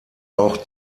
auch